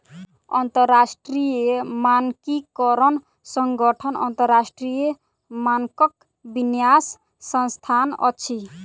अंतरराष्ट्रीय मानकीकरण संगठन अन्तरराष्ट्रीय मानकक विन्यास संस्थान अछि